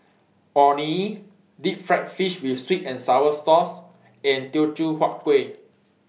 Orh Nee Deep Fried Fish with Sweet and Sour Sauce and Teochew Huat Kueh